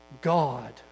God